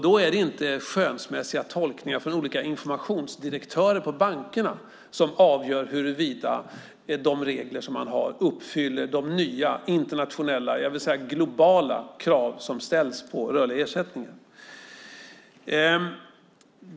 Då är det inte skönsmässiga tolkningar från olika informationsdirektörer på bankerna som avgör huruvida reglerna uppfyller de nya internationella, jag vill säga globala, krav som ställs på rörliga ersättningar.